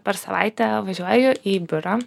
per savaitę važiuoju į biurą